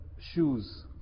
shoes